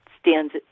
stands